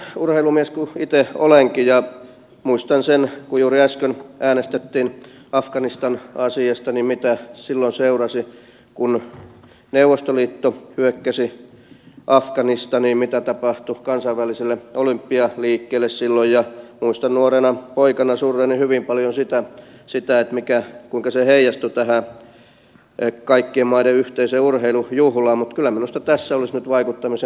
niin urheilumies kuin itse olenkin ja vaikka muistan sen juuri äsken äänestettiin afganistan asiasta mitä silloin seurasi kun neuvostoliitto hyökkäsi afganistaniin mitä tapahtui kansainväliselle olympialiikkeelle silloin muistan nuorena poikana surreeni hyvin paljon sitä kuinka se heijastui tähän kaikkien maiden yhteiseen urheilujuhlaan niin kyllä minusta tässä olisi nyt vaikuttamisen paikka